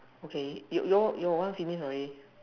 okay you your one finish already